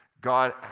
God